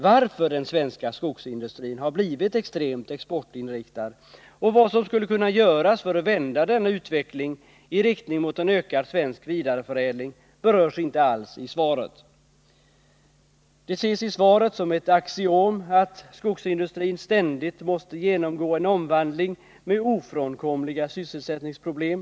Varför den svenska skogsindustrin blivit extremt exportinriktad och vad som skulle kunna göras för att vända denna utveckling i riktning mot en ökad svensk vidareförädling berörs inte alls i Nr 26 svaret. Det ses i svaret som ett axiom att skogsindustrin ständigt måste Måndagen den genomgå en omvandling med ofrånkomliga sysselsättningsproblem.